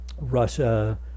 Russia